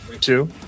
two